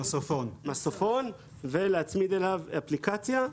למסופון ולהצמיד אליו אפליקציה.